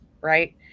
right